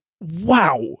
wow